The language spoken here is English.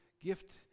gift